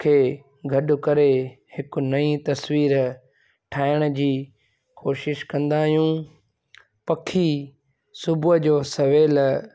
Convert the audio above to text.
खे गॾु करे हिकु नई तस्वीरु ठाहिण जी कोशिश कंदा आहियूं पखी सुबुह जो सवेल